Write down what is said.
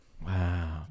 Wow